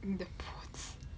你的脖子